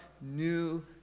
new